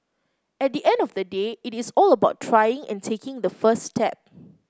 at the end of the day it is all about trying and taking the first step